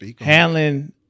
handling